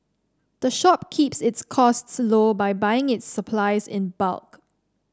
the shop keeps its costs low by buying its supplies in bulk